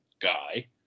Guy